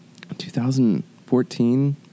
2014